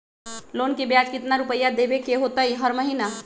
Loan के ब्याज कितना रुपैया देबे के होतइ हर महिना?